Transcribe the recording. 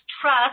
trust